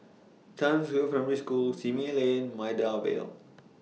Townsville Primary School Simei Lane Maida Vale